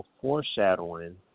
foreshadowing